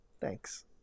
Thanks